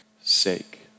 sake